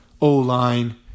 O-line